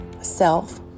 self